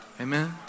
Amen